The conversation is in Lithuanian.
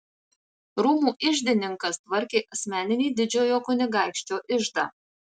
rūmų iždininkas tvarkė asmeninį didžiojo kunigaikščio iždą